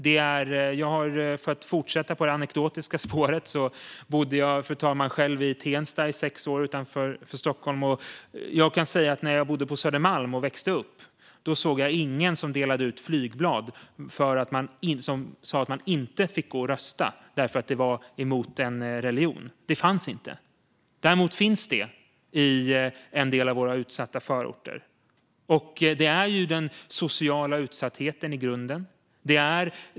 För att fortsätta på det anekdotiska spåret kan jag berätta att jag själv bodde i Tensta utanför Stockholm i sex år. När jag växte upp på Södermalm såg jag aldrig någon som delade ut flygblad med budskapet att man inte fick gå och rösta eftersom det var emot en religion. Det finns däremot i en del av våra utsatta förorter. Grunden är den sociala utsattheten.